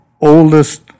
oldest